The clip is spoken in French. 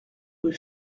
rue